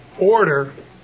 order